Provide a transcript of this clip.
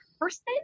person